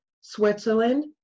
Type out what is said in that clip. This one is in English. Switzerland